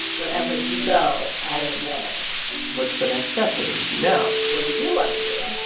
wherever you go, i am there what's the next step? what do we do now? what do you want to do?